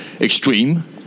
extreme